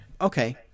Okay